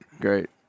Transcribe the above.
great